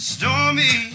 Stormy